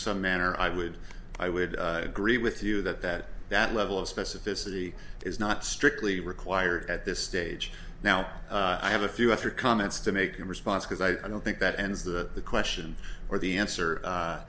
some manner i would i would agree with you that that that level of specificity is not strictly required at this stage now i have a few after comments to make him response because i don't think that ends the question or the answer